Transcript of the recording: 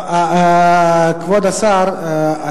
כבוד השר,